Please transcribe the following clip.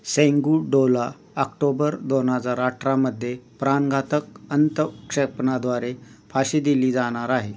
सेंगूडोला October दोन हजार अठरामध्ये प्राणघातक अंतःक्षेपणाद्वारे फाशी दिली जाणार आहे